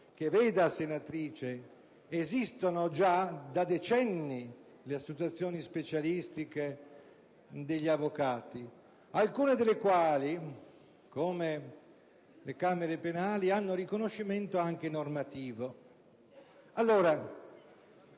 Vede, senatrice, esistono già da decenni le associazioni specialistiche degli avvocati, alcune delle quali - come le camere penali - hanno riconoscimento anche normativo.